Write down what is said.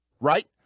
right